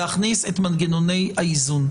להכניס את מנגנוני האיזון.